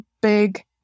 big